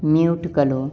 mute करो